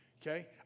okay